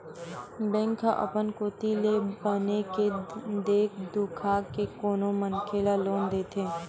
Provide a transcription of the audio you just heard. bank ह अपन कोती ले बने के देख दुखा के कोनो मनखे ल लोन देथे